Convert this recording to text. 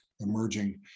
emerging